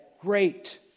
great